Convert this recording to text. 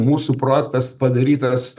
mūsų projektas padarytas